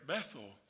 Bethel